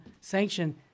sanction